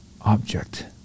object